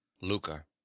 luca